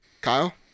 Kyle